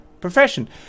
profession